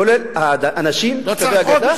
כולל אנשים בגדה,